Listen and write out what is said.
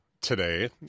today